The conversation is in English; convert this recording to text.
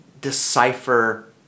decipher